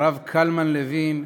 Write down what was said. הרב קלמן לוין,